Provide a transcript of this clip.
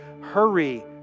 hurry